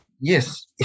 Yes